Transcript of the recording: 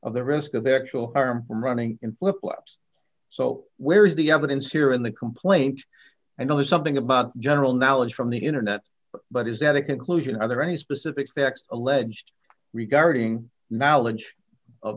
of the risk of actual harm from running in flip flops so where is the evidence here in the complaint and there's something about general knowledge from the internet but is that a conclusion are there any specific facts alleged regarding knowledge of